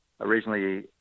originally